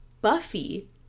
Buffy